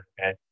okay